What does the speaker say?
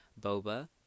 boba